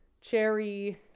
cherry